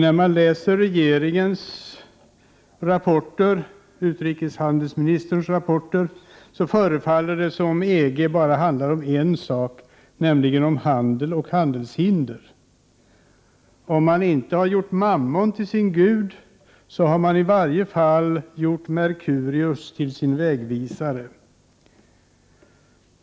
När jag läser regeringens och utrikeshandelsministerns rapporter förefaller det som om EG bara handlar om en sak, nämligen om handel och handelshinder. Om man inte har gjort Mammon till sin Gud så har man i varje fall gjort Merkurius till sin vägvisare.